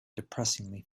depressingly